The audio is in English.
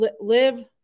Live